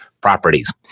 properties